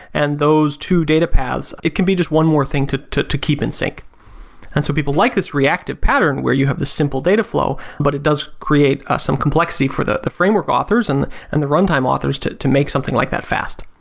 and those two data paths, it can be just one more thing to to keep in sync and so people like this reactive pattern where you have this simple data flow but it does create some complexity for the the framework authors and and the run time authors to to make something like that fast.